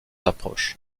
approches